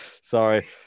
Sorry